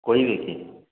କହିବେ କି